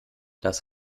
das